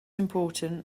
important